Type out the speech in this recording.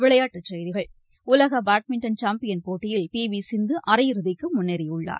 விளையாட்டுச் செய்தி உலக பேட்மிண்டன் சாம்பியன் போட்டியில் பி வி சிந்து அரையிறுதிக்கு முன்னேறியுள்ளார்